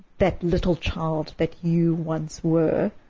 that little child that you once were